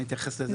אני אתייחס לזה.